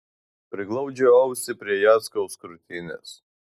priglaudžiau ausį prie jackaus krūtinės